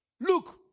Look